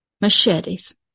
machetes